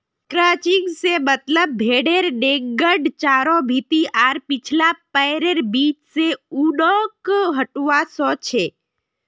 crutching से मतलब भेडेर नेंगड चारों भीति आर पिछला पैरैर बीच से ऊनक हटवा से छ